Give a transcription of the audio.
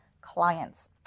clients